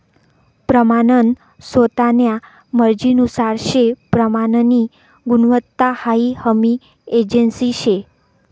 प्रमानन स्वतान्या मर्जीनुसार से प्रमाननी गुणवत्ता हाई हमी एजन्सी शे